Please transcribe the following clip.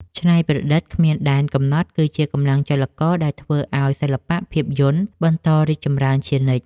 ច្នៃប្រឌិតគ្មានដែនកំណត់គឺជាកម្លាំងចលករដែលធ្វើឱ្យសិល្បៈភាពយន្តបន្តរីកចម្រើនជានិច្ច។